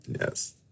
Yes